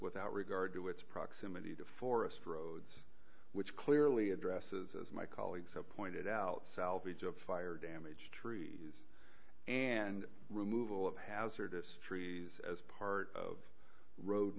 without regard to its proximity to forest roads which clearly addresses as my colleagues have pointed out selby job fire damage tree and removal of hazardous trees as part of road